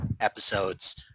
episodes